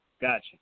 Gotcha